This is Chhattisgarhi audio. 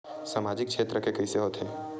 सामजिक क्षेत्र के कइसे होथे?